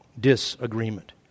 disagreement